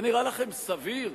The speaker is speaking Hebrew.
זה נראה לכם סביר?